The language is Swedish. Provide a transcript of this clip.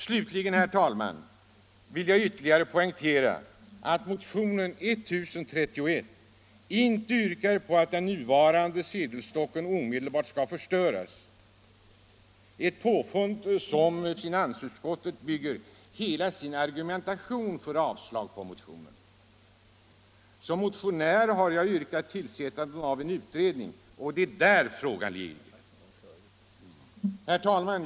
Slutligen, herr talman, vill jag ytterligare poängtera att jag i motionen 1031 inte hemställer att den nuvarande sedelstocken omedelbart skall förstöras, ett påfund på vilket finansutskottet bygger hela sin argumentation för avslag på motionen. Som motionär har jag yrkat på tillsättandet av en utredning — det är vad frågan gäller. Herr talman!